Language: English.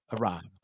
arrived